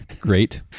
Great